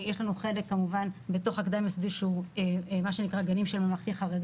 יש לנו חלק בקדם יסודי של גנים של הממלכתי-חרדי,